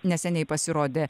neseniai pasirodė